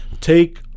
take